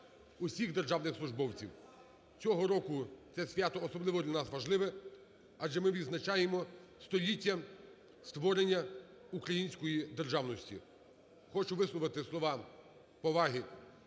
всіх державних службовців! Цього року це свято особливо для нас важливе, адже ми відзначаємо 100-ліття створення української державності. Хочу висловити слова поваги